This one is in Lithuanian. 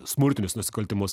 smurtinius nusikaltimus